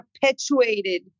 perpetuated